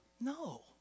No